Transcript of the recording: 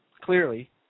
clearly